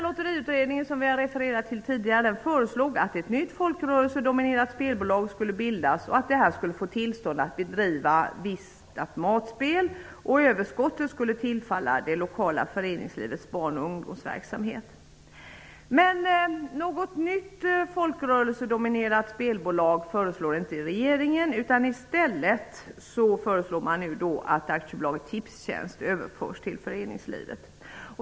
Lotteriutredningen, som vi hänvisat till tidigare, föreslog att ett nytt folkrörelsedominerat spelbolag skulle bildas och att det skulle få tillstånd att bedriva vissa automatspel och att överskottet skulle tillfalla det lokala föreningslivets barn och ungdomsverksamhet. Men något nytt folkrörelsedominerat spelbolag föreslår inte regeringen utan i stället att AB Tipstjänst överförs till föreningslivet.